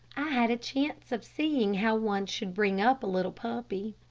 i had a chance of seeing how one should bring up a little puppy.